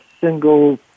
single